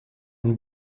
une